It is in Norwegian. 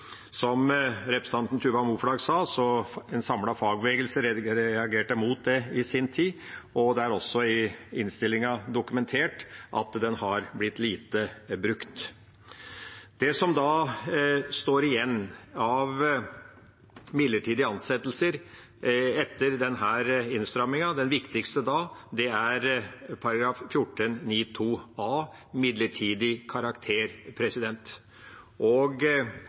Som representanten Tuva Moflag sa, reagerte en samlet fagbevegelse mot det i sin tid, og det er også i innstillinga dokumentert at den har blitt lite brukt. Det viktigste som da står igjen av midlertidige ansettelser etter denne innstrammingen, er § 14-9 andre ledd bokstav a, om arbeid av midlertidig karakter. Det er